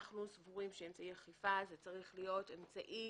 אנחנו סבורים ש"אמצעי אכיפה" צריך להיות "אמצעי